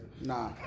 Nah